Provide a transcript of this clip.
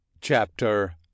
Chapter